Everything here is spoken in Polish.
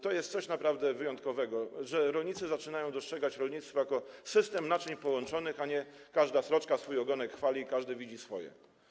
To jest coś naprawdę wyjątkowego, że rolnicy zaczynają dostrzegać rolnictwo jako system naczyń połączonych, a nie na zasadzie: każda sroczka swój ogonek chwali i każdy widzi swoje.